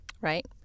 right